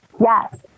Yes